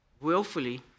willfully